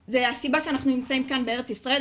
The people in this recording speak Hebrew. זה הסיבה שאנחנו נמצאים כאן בארץ ישראל,